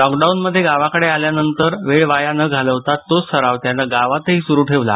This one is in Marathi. लॉकडाउनमध्ये गावाकडे आल्यावर वेळ वाया न घालवता तोच सराव त्यानं गावातही सुरू ठेवला